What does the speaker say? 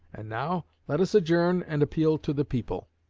and now let us adjourn and appeal to the people